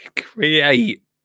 create